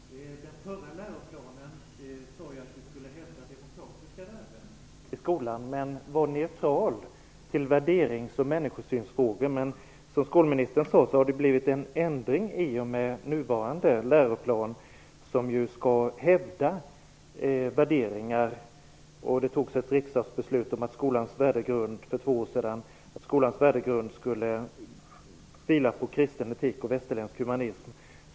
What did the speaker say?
Fru talman! Den förra läroplanen sade ju att skolan skulle hävda de demokratiska värdena men vara neutral till värderings och människosynsfrågor. Men som skolministern sade har det blivit en ändring i och med den nuvarande läroplanen där det står att värderingar skall hävdas. För två år sedan fattades ett riksdagsbeslut om att skolans värdegrund skulle vila på kristen etik och västerländsk humanism.